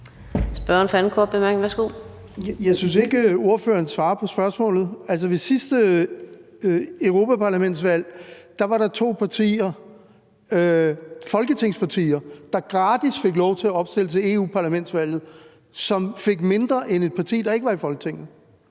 Jeg synes ikke, ordføreren svarer på spørgsmålet. Altså, ved sidste europaparlamentsvalg var der to folketingspartier, der gratis fik lov til at opstille til europaparlamentsvalget, og som fik mindre end et parti, der ikke var i Folketinget.